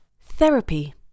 Therapy